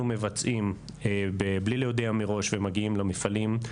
מבצעים בלי להודיע מראש ומגיעים למפעלים.